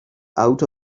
out